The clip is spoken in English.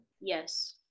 yes